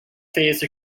phase